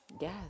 Yes